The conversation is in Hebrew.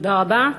תודה רבה.